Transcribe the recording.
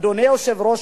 אדוני היושב-ראש,